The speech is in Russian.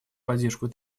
поддержку